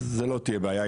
אז לא תהיה בעיה,